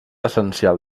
essencial